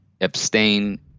abstain